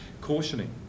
cautioning